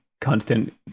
constant